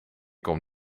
kom